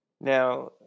Now